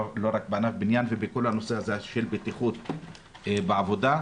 בכל הנושא הזה של בטיחות בעבודה.